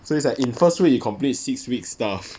so it's like in first week you complete six week stuff